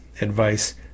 advice